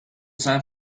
san